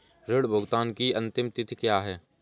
ऋण भुगतान की अंतिम तिथि क्या है?